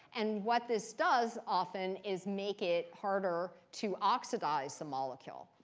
and what this does often is make it harder to oxidize the molecule.